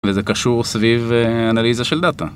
וזה קשור סביב אנליזה של דאטה.